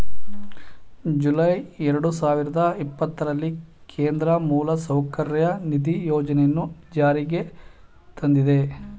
July ಎರಡು ಸಾವಿರದ ಇಪ್ಪತ್ತರಲ್ಲಿ ಕೇಂದ್ರ ಮೂಲಸೌಕರ್ಯ ನಿಧಿ ಯೋಜನೆಯನ್ನು ಜಾರಿಗೆ ತಂದಿದೆ